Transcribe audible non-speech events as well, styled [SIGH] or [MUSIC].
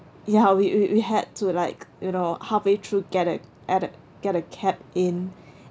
ya we we we had to like you know halfway through get a add a get a cab in [BREATH]